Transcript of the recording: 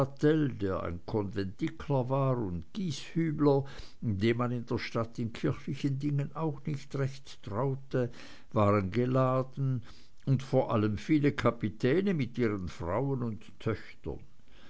war und gieshübler dem man in der stadt in kirchlichen dingen auch nicht recht traute waren geladen und vor allem viele kapitäne mit ihren frauen und töchtern